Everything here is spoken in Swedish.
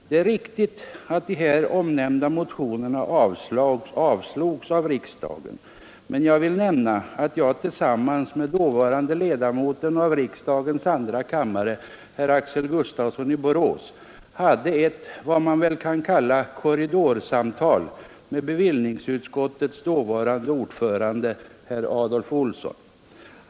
Det är riktigt att de här omnämnda motionerna avslogs av riksdagen, men jag vill nämna att jag tillsammans med dåvarande ledamoten av riksdagens andra kammare herr Axel Gustafsson i Borås hade ett vad man väl kan kalla korridorsamtal med bevillningsutskottets dåvarande ordförande herr Adolv Olsson.